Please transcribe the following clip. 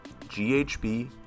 GHB